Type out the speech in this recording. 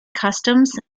customs